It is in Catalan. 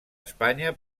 espanya